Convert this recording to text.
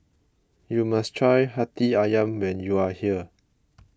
you must try Hati Ayam when you are here